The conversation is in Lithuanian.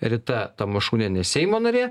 rita tamašunienė seimo narė